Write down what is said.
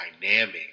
dynamic